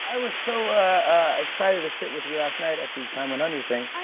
i was so excited to sit with you last night at the time one hundred thing. i